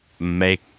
Make